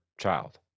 child